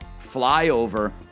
Flyover